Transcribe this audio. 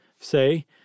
say